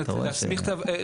ואז השאלה איך הציבור יכול